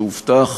שהובטח